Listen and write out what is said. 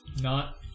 Not-